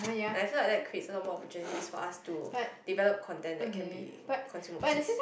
and I feel like that creates a lot more opportunities for us to develop content that can be consumed overseas